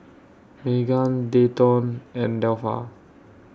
Meghann Dayton and Delpha